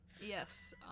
Yes